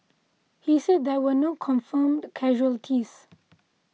he said there were no confirmed casualties